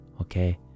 Okay